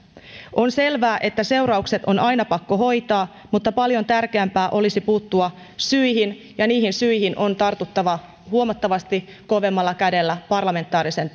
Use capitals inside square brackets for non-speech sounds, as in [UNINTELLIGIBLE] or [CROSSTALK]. on selvää että seuraukset on aina pakko hoitaa mutta paljon tärkeämpää olisi puuttua syihin ja niihin syihin on tartuttava huomattavasti kovemmalla kädellä parlamentaarisen [UNINTELLIGIBLE]